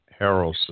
Harrelson